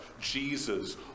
Jesus